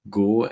go